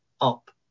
up